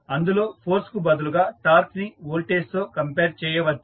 అందులో ఫోర్స్ కు బదులుగా టార్క్ ని వోల్టేజ్ తో కంపేర్ చేయవచ్చు